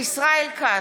ישראל כץ,